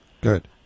Good